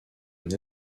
une